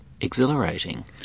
exhilarating